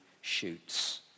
shoots